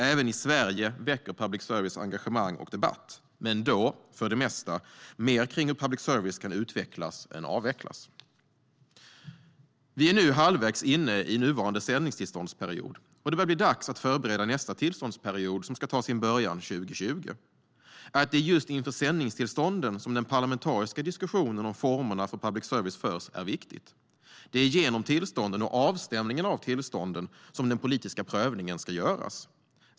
Även i Sverige väcker public service engagemang och debatt, men då - för det mesta - mer kring hur public service kan utvecklas än avvecklas. Vi är nu halvvägs inne i nuvarande sändningstillståndsperiod, och det börjar bli dags att förbereda nästa tillståndsperiod, som ska ta sin början 2020. Att det är just inför sändningstillstånden som den parlamentariska diskussionen om formerna för public service förs är viktigt. Det är genom tillstånden och avstämningen av tillstånden som den politiska prövningen ska göras.